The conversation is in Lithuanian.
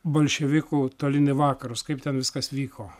bolševikų tolyn į vakarus kaip ten viskas vyko